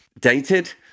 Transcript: dated